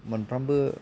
मोनफ्रोमबो